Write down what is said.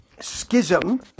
Schism